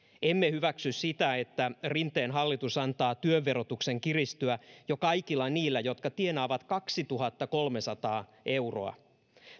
emme hyväksy sitä että rinteen hallitus antaa työn verotuksen kiristyä jo kaikilla niillä jotka tienaavat kaksituhattakolmesataa euroa